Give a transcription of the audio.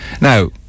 Now